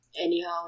anyhow